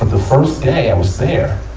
ah the first day i was there,